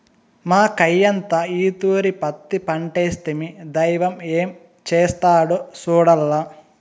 మాకయ్యంతా ఈ తూరి పత్తి పంటేస్తిమి, దైవం ఏం చేస్తాడో సూడాల్ల